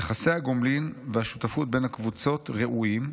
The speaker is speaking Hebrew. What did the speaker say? יחסי הגומלין והשותפות בין הקבוצות רעועים,